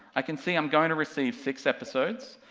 i can see i'm gonna receive six episodes,